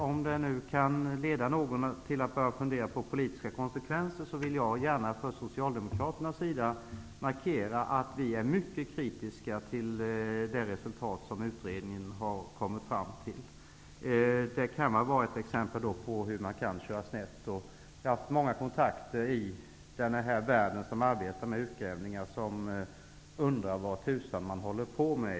Om det kan leda någon till att börja fundera på politiska konsekvenser vill jag gärna markera att Socialdemokraterna är mycket kritiska till det resultat utredningen har kommit fram till. Det kan vara ett exempel på hur en utredning kan köra snett. Jag har haft många kontakter med människor som arbetar med utgrävningar. De undrar vad tusan utredningen håller på med.